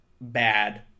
bad